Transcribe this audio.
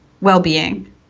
well-being